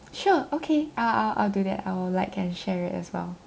sure okay I'll I'll I'll do that I will like and share it as well